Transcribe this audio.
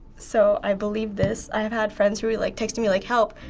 so i believe this. i've had friends who were like texting me, like help.